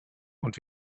und